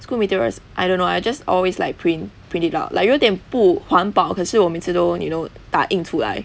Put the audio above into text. school materials I don't know I just always like print print it out like 有点不环保可是我每次都 you know 打印出来